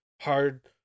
hard